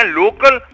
local